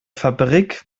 fabrik